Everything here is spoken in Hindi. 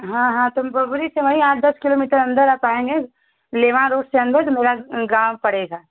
हाँ हाँ तो बबरी से वही आठ दस किलोमीटर अंदर आप आएँगे लेवा रोड से अंदर तो मेरा गाँव पड़ेगा